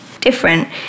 different